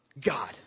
God